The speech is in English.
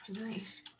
nice